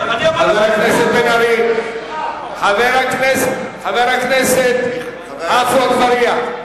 חבר הכנסת עפו אגבאריה.